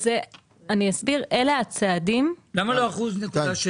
למה לא 1.6%?